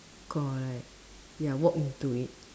correct ya walk into it